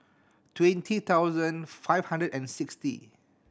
twenty thousand five hundred and sixty